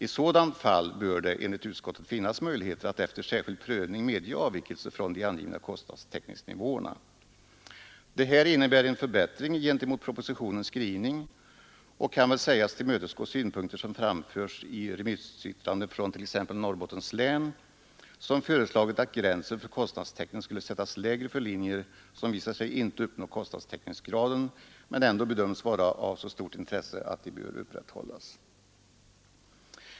I sådana fall bör det enligt utskottet finnas en möjlighet att efter särskild prövning medge avvikelse från de angivna kostnadstäckningsnivåerna.” Detta innebär en förbättring gentemot propositionens skrivning och kan väl sägas tillmötesgå synpunkter som framförts i remissyttrandet från t.ex. Norrbottens län, som föreslagit att gränsen för kostnadstäckning skulle sättas lägre för linjer som visar sig inte uppnå kostnadstäckningsgraden men ändå bedöms vara av så stort intresse att de bör upprätthållas.